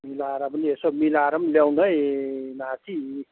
मिलाएर पनि यसो मिलाएर पनि ल्याउनु है नाति